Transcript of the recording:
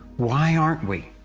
why aren't we?